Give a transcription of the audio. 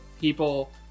people